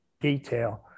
detail